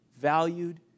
valued